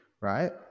right